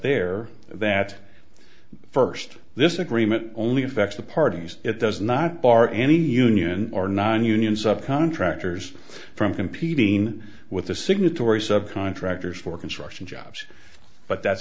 there that first this agreement only affects the parties it does not bar any union or nonunion sub contractors from competing with the signatory subcontractors for construction jobs but that's